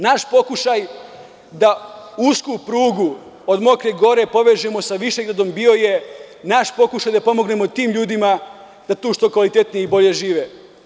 Naš pokušaj da usku prugu od Mokre gore sa Višegradom bio je naš pokušaj da pomognemo tim ljudima da tu što kvalitetnije i bolje žive.